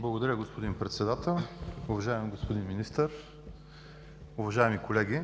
Благодаря Ви, господин Председател. Уважаеми господин Министър, уважаеми колеги!